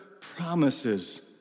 promises